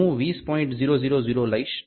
000 લઈશ અને આ 0 છે